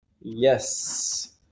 Yes